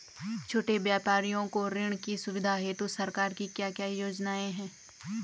छोटे व्यापारियों को ऋण की सुविधा हेतु सरकार की क्या क्या योजनाएँ हैं?